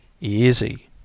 easy